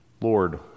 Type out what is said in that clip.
Lord